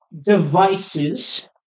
devices